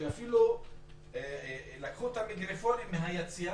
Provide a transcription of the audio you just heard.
שאפילו לקחו את המיקרופונים מהיציע,